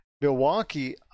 Milwaukee